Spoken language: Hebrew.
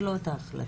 ולא את ההחלטה.